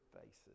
faces